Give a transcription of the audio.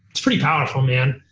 it's pretty powerful, man.